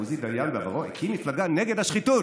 עוזי דיין בעברו הקים מפלגה נגד השחיתות,